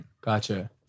Gotcha